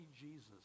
Jesus